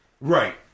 Right